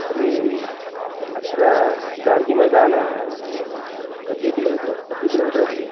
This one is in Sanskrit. तर्हि अत्र गान्धीमैदानः कति किमोलिटर् कति किलोमिटर् अस्ति